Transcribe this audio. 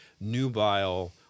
nubile